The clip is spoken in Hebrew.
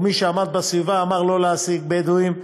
או מי שעמד בסביבה אמר: לא להעסיק בדואים.